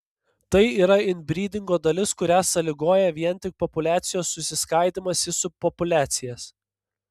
tai yra inbrydingo dalis kurią sąlygoja vien tik populiacijos susiskaidymas į subpopuliacijas